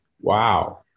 Wow